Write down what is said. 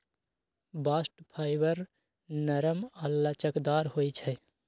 bast fibre नरम आऽ लचकदार होइ छइ